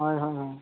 ᱦᱳᱭ ᱦᱳᱭ ᱦᱳᱭ